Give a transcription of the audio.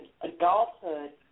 adulthood